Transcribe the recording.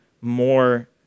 more